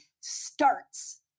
starts